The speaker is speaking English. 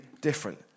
different